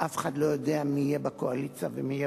אף אחד לא יודע מי יהיה בקואליציה ומי יהיה